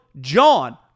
John